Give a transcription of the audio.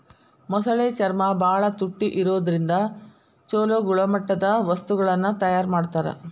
ಮೊಸಳೆ ಚರ್ಮ ಬಾಳ ತುಟ್ಟಿ ಇರೋದ್ರಿಂದ ಚೊಲೋ ಗುಣಮಟ್ಟದ ವಸ್ತುಗಳನ್ನ ತಯಾರ್ ಮಾಡ್ತಾರ